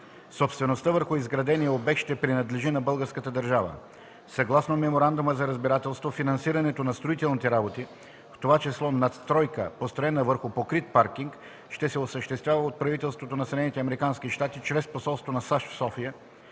Собствеността върху изградения обект ще принадлежи на българската държава. Съгласно Меморандума за разбирателство финансирането на строителните работи, в това число надстройка, построена върху покрит паркинг, ще се осъществява от правителството на Съединените американски щати чрез посолството на САЩ в София.